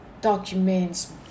documents